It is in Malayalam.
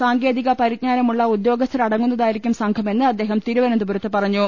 സാങ്കേതിക പരിജ്ഞാനമുള്ള ഉദ്യോഗസ്ഥ രടങ്ങുന്നതായിരിക്കും സംഘമെന്ന് അദ്ദേഹം തിരുവനന്തപുരത്ത് പറഞ്ഞു